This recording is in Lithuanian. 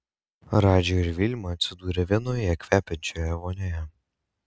radži ir vilma atsidūrė vienoje kvepiančioje vonioje